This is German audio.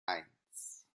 eins